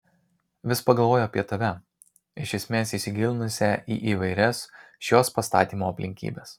vis pagalvoju apie tave iš esmės įsigilinusią į įvairias šios pastatymo aplinkybes